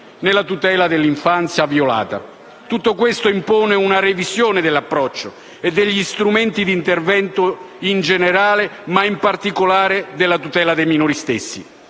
nella tutela dell'infanzia violata. Tutto questo impone una revisione dell'approccio e degli strumenti di intervento in generale, ma in particolare della tutela dei minori,